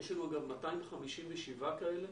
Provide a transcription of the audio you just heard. יש לנו 257 כאלה